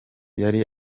yari